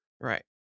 Right